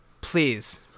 Please